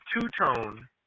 two-tone